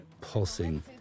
pulsing